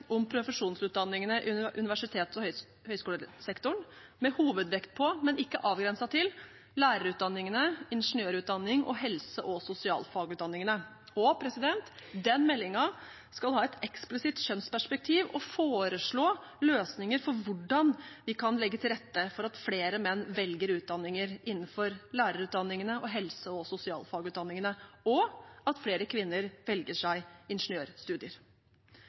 om profesjonsutdanningene under universitets- og høyskolesektoren med hovedvekt på, men ikke avgrenset til lærerutdanningene, ingeniørutdanningene og helse- og sosialfagutdanningene, og den meldingen skal ha et eksplisitt kjønnsperspektiv og foreslå løsninger for hvordan vi kan legge til rette for at flere menn velger utdanninger innenfor lærerutdanningene og helse- og sosialfagutdanningene, og at flere kvinner velger seg ingeniørstudier.